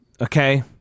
okay